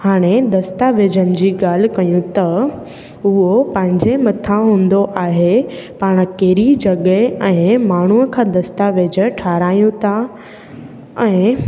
हाणे दस्तावेज़नि जी ॻाल्हि कयूं त उओ पंहिंजे मथां हूंदो आहे पाण कहिड़ी जॻह ऐं माण्हूअ खां दस्तावेज़ ठाहिरायूं था ऐं